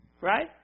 Right